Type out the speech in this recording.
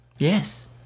Yes